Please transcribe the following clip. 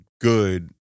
good